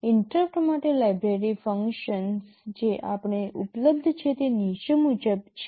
interrupt માટે library functions જે આપણને ઉપલબ્ધ છે તે નીચે મુજબ છે